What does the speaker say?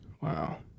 Wow